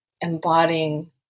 embodying